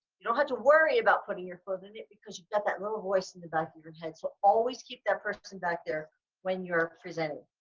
you don't have to worry about putting your foot in it because you've got that little voice in the back of your head. so always keep that person back there when you're presenting.